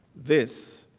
this